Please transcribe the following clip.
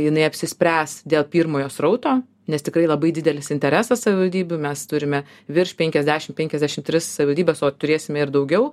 jinai apsispręs dėl pirmojo srauto nes tikrai labai didelis interesas savivaldybių mes turime virš penkiasdešim penkiasdešim tris savivaldybės o turėsime ir daugiau